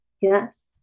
Yes